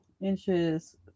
inches